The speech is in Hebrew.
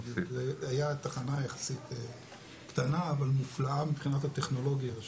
היה תחנה יחסית קטנה אבל מופלאה מבחינת הטכנולוגיה.